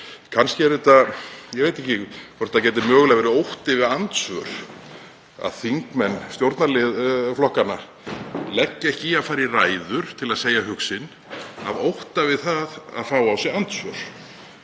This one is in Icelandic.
stjórnarinnar þar. Ég veit ekki hvort það gæti mögulega verið ótti við andsvör að þingmenn stjórnarflokkanna leggi ekki í að fara í ræður til að segja hug sinn af ótta við að fá á sig andsvör